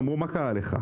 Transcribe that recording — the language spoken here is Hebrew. אמרו לי: מה קרה לך,